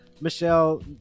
michelle